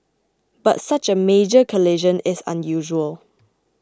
but such a major collision is unusual